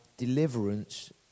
deliverance